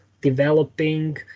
developing